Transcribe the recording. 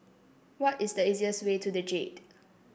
what is the easiest way to the Jade